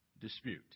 dispute